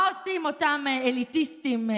מה עושים אותם אליטיסטים,